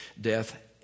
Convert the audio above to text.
death